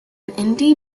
indie